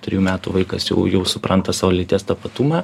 trijų metų vaikas jau jau supranta savo lyties tapatumą